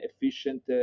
efficient